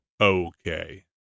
Okay